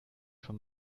von